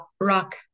rock